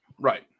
Right